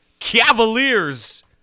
Cavaliers